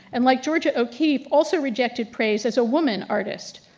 and like georgia o'keeffe also rejected praise as a woman artist.